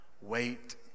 Wait